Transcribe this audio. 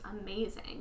amazing